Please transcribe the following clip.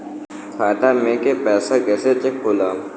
खाता में के पैसा कैसे चेक होला?